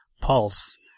Pulse